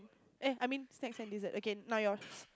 eh I mean snacks and dessert okay now yours